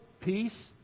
peace